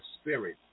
spirit